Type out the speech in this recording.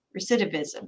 recidivism